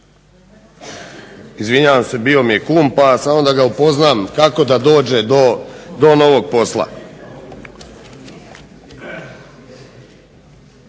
Izvinjavam se, bio mi je kum pa samo da ga upoznam kako da dođe do novog posla.